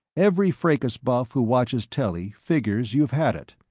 every fracas buff who watches telly, figures you've had it.